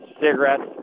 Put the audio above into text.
cigarettes